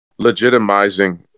legitimizing